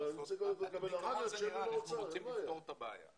אנחנו רוצים לפתור את הבעיה.